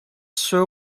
sir